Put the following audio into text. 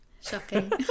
Shocking